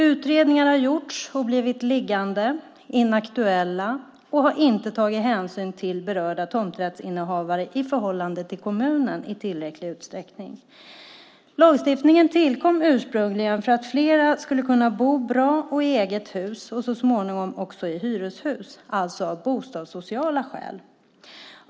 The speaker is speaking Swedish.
Utredningar har gjorts och blivit liggande, inaktuella och har inte tagit hänsyn till berörda tomträttsinnehavare i förhållande till kommunen i tillräcklig utsträckning. Lagstiftningen tillkom ursprungligen för att fler skulle kunna bo bra och i eget hus, så småningom också i hyreshus, alltså av bostadssociala skäl.